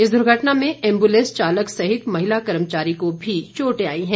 इस द्र्घटना में एम्ब्लेंस चालक सहित महिला कर्मचारी को भी चोटें आई हैं